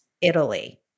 Italy